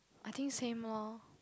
I think same lor